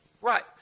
Right